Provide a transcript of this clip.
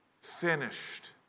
finished